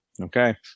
Okay